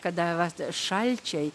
kada vat šalčiai